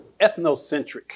ethnocentric